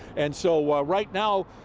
and so right now,